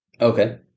Okay